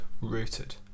rooted